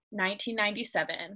1997